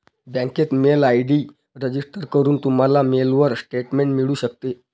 बँकेत mail ID register करून, तुम्हाला मेलवर स्टेटमेंट मिळू शकते